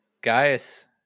Gaius